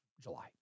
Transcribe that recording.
July